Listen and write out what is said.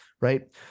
right